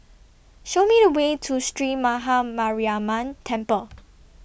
Show Me The Way to Sree Maha Mariamman Temple